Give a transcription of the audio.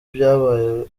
byabaye